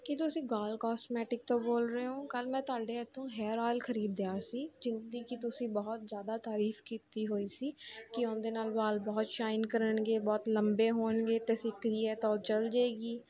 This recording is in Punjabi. ਕੀ ਤੁਸੀਂ ਗਾਲ ਕੋਸਮੈਟਿਕ ਤੋਂ ਬੋਲ ਰਹੇ ਹੋ ਕੱਲ੍ਹ ਮੈਂ ਤੁਹਾਡੇ ਇੱਥੋਂ ਹੈਆਰ ਆਇਲ ਖਰੀਦਿਆ ਸੀ ਜਿਸ ਦੀ ਕਿ ਤੁਸੀਂ ਬਹੁਤ ਜ਼ਿਆਦਾ ਤਾਰੀਫ ਕੀਤੀ ਹੋਈ ਸੀ ਕਿ ਉਹਦੇ ਨਾਲ ਵਾਲ ਬਹੁਤ ਸ਼ਾਈਨ ਕਰਨਗੇ ਬਹੁਤ ਲੰਬੇ ਹੋਣਗੇ ਅਤੇ ਸਿੱਕਰੀ ਹੈ ਅਤੇ ਉਹ ਜਲ ਜਾਵੇਗੀ